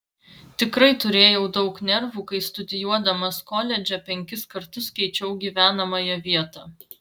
tikrai turėjau daug nervų kai studijuodamas koledže penkis kartus keičiau gyvenamąją vietą